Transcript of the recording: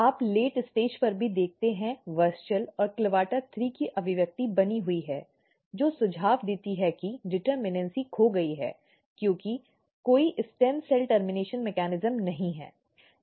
आप late stage पर भी देखते हैं WUSCHEL और CLAVATA3 की अभिव्यक्ति बनी हुई है जो सुझाव देती है कि डिटर्मिनसी खो गई है क्योंकि कोई स्टेम सेल टर्मिनेशन मेकॅनिज्म नहीं है